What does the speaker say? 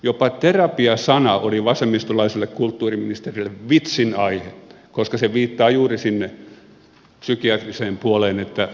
jopa terapia sana oli vasemmistolaiselle kulttuuriministerille vitsin aihe koska se viittaa juuri sinne psykiatriseen puoleen että heitä pitäisi lääkitä